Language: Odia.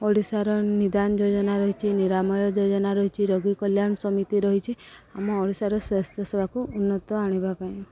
ଓଡ଼ିଶାର ନିଦାନ ଯୋଜନା ରହିଛି ନିରାମୟ ଯୋଜନା ରହିଛି ରୋଗୀ କଲ୍ୟାଣ ସମିତି ରହିଛିି ଆମ ଓଡ଼ିଶାର ସ୍ୱାସ୍ଥ୍ୟ ସେବାକୁ ଉନ୍ନତ ଆଣିବା ପାଇଁ